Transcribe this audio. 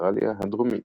שבאוסטרליה הדרומית.